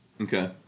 Okay